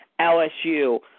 LSU